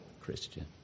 Christian